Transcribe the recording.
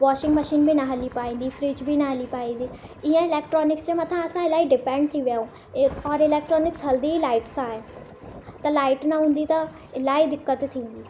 washing machine बि न हली पाईंदी फ्रिज बि न हली पाईंदी इअं इलेक्ट्रॉनिक जे मथां असां इलाही डिपेंड थी विया आहियूं और इलेक्ट्रॉनिक्स हलंदी ई लाइट्स सां आहे त लाइट न हूंदी त इलाही दिक़त थींदी